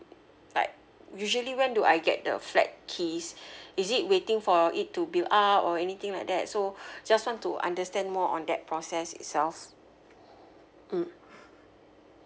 like usually when do I get the flat keys is it waiting for it to be out or anything like that so I just want to understand more on that process itself mm